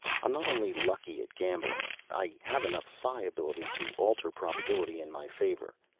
i'm not only lucky at gambling. i have enough psi ability to alter probability in my favor.